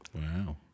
Wow